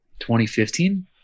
2015